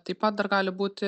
taip pat dar gali būti